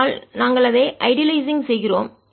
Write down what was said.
ஆனால் நாங்கள் அதை ஐடியல்லைசிங் செய்கிறோம்